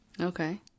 Okay